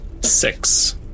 six